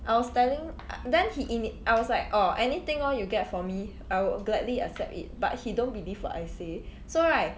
I was telling then he init~ I was like orh anything orh you get for me I would gladly accept it but he don't believe what I say so right